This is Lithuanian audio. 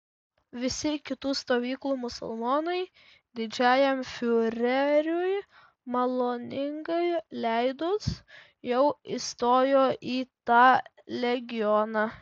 visi kitų stovyklų musulmonai didžiajam fiureriui maloningai leidus jau įstojo į tą legioną